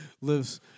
lives